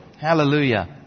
Hallelujah